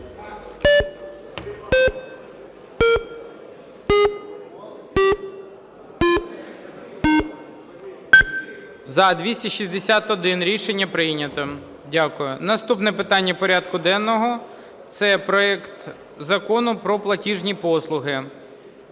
За-261 Рішення прийнято. Дякую. Наступне питання порядку денного - це проект Закону про платіжні послуги